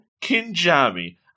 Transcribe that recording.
Kinjami